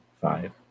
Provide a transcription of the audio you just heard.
Five